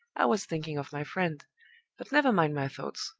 i was thinking of my friend but never mind my thoughts.